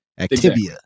Activia